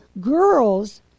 girls